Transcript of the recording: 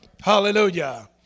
Hallelujah